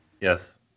Yes